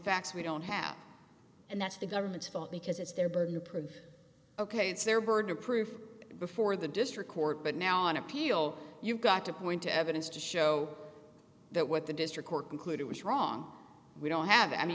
facts we don't have and that's the government's fault because it's their burden of proof ok it's their burden of proof before the district court but now on appeal you've got to point to evidence to show that what the district court concluded was wrong we don't have